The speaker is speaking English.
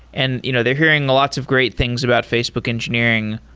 and you know they're hearing lots of great things about facebook engineering.